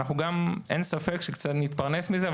אין ספק שנתפרנס מזה,